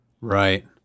right